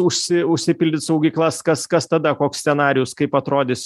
užsi užsipildyt saugyklas kas kas tada koks scenarijus kaip atrodys